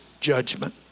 judgment